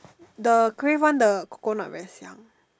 the crave one the coconut very 香